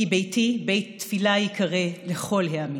"כי ביתי בית תפלה יקרא לכל העמים".